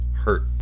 Hurt